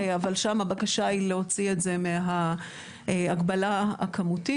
אבל שם הבקשה היא להוציא את זה מההגבלה הכמותית,